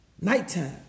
nighttime